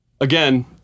Again